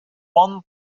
one